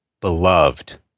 beloved